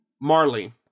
Marley